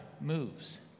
moves